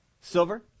silver